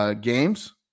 games